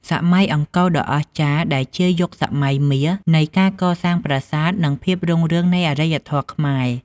សម័យអង្គរដ៏អស្ចារ្យ ដែលជាយុគសម័យមាសនៃការកសាងប្រាសាទ និងភាពរុងរឿងនៃអរិយធម៌ខ្មែរ។